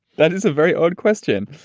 that is a very odd question.